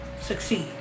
succeed